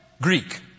Greek